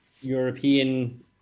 European